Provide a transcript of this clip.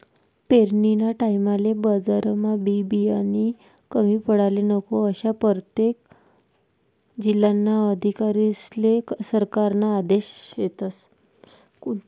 पेरनीना टाईमले बजारमा बी बियानानी कमी पडाले नको, आशा परतेक जिल्हाना अधिकारीस्ले सरकारना आदेश शेतस